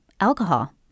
alcohol